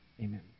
Amen